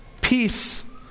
Peace